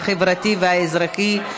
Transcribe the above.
החברתי והאזרחי.